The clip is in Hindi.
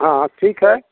हाँ हाँ ठीक है